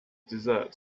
dessert